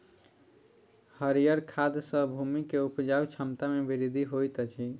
हरीयर खाद सॅ भूमि के उपजाऊ क्षमता में वृद्धि होइत अछि